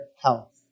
health